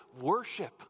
worship